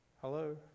Hello